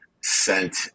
sent